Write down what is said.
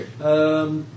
Okay